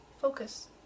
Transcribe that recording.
Focus